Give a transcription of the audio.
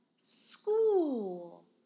School